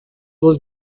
was